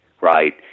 Right